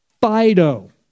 FIDO